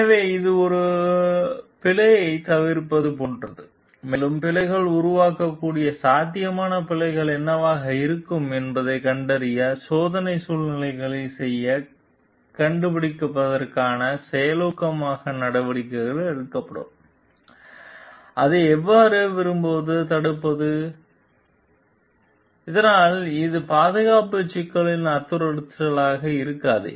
எனவே இது பிழையைத் தவிர்ப்பது போன்றது மேலும் பிழைகள் உருவாக்கக்கூடிய சாத்தியமான பிழைகள் என்னவாக இருக்கும் என்பதைக் கண்டறிய சோதனை சூழ்நிலைகளைச் செய்ய கண்டுபிடிப்பதற்கான செயலூக்கமான நடவடிக்கைகளை எடுப்பதும் அதை எவ்வாறு விரும்புவது தடுப்பதும் ஆகும் இதனால் இது பாதுகாப்பு சிக்கல்களுக்கு அச்சுறுத்தலாக இருக்காது